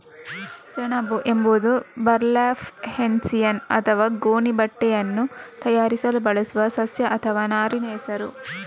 ಸೆಣಬು ಎಂಬುದು burlap, hessian ಅಥವಾ ಗೋಣಿ ಬಟ್ಟೆಯನ್ನು ತಯಾರಿಸಲು ಬಳಸುವ ಸಸ್ಯ ಅಥವಾ ನಾರಿನ ಹೆಸರು